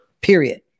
period